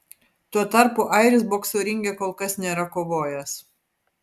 tuo tarpu airis bokso ringe kol kas nėra kovojęs